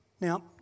Now